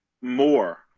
more